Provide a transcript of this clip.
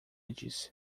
disse